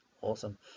Awesome